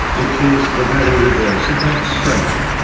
which is the very reverse of that strength,